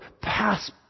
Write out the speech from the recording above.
pass